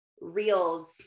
reels